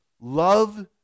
Love